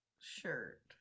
shirt